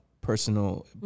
personal